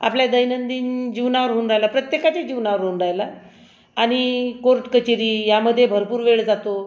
आपल्या दैनंदिन जीवनावर होऊन राहिला प्रत्येकाच्या जीवनावर होऊन राहिला आणि कोर्टकचेरी यामध्ये भरपूर वेळ जातो